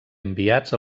enviats